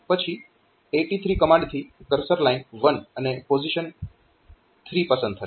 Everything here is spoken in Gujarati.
પછી 83 કમાન્ડથી કર્સર લાઇન 1 અને પોઝીશન 3 પસંદ થશે